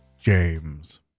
James